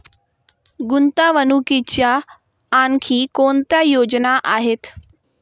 गुंतवणुकीच्या आणखी कोणत्या योजना आहेत?